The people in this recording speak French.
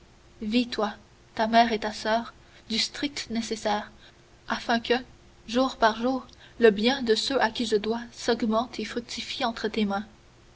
toi ta mère et ta soeur du strict nécessaire afin que jour par jour le bien de ceux à qui je dois s'augmente et fructifie entre tes mains